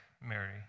Mary